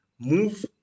move